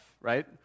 right